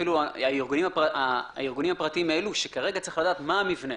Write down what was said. אפילו הארגונים הפרטיים אלו שצריך לדעת מה המבנה,